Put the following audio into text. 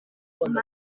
yavutse